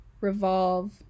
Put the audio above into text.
revolve